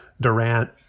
Durant